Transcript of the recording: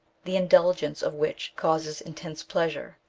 the indul gence of which causes intense pleasure.